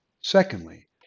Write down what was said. Secondly